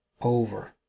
over